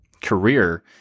career